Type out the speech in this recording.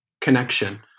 connection